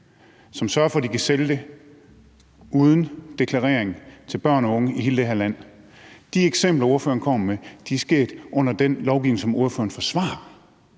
som sørger for, at de kan sælge det uden deklarering til børn og unge i hele det her land? De eksempler, som ordføreren kommer med, er sket under den lovgivning, som ordføreren forsvarer.